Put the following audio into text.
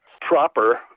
proper